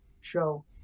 show